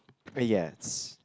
a yes